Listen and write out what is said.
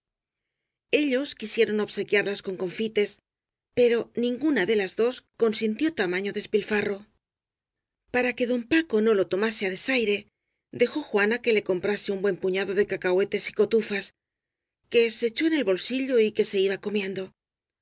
ellos quisieron obsequiarlas con confites pero ninguna de las dos consintió tamaño despilfarro para que don paco no lo tomase á desaire dejó j uana que le comprase un buen puñado de cacahuétes y cotufas que se echó en el bolsillo y que se iba comiendo